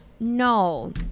No